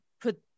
put